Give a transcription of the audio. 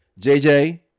JJ